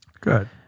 Good